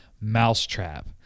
Mousetrap